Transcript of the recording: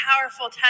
powerful